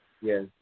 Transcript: yes